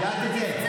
את יודעת את זה?